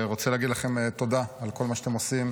רוצה להגיד לכם תודה על כל מה שאתם עושים,